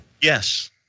Yes